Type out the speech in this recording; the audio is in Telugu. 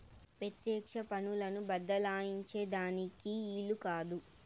పెత్యెక్ష పన్నులను బద్దలాయించే దానికి ఈలు కాదు